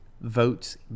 votes